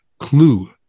clue